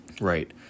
Right